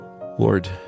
Lord